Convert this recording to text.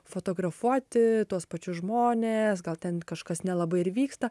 fotografuoti tuos pačius žmones gal ten kažkas nelabai ir vyksta